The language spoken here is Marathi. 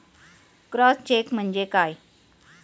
क्रॉस चेक म्हणजे काय?